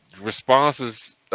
responses